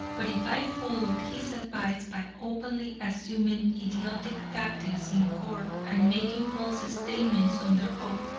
but if i followed his advice by openly assuming idiotic tactics in court and making false statements under oath,